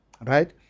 right